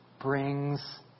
brings